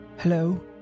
Hello